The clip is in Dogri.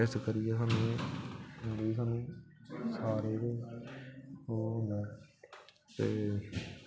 इस करिये सानूं सारे गै ओह् न ते